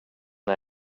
nej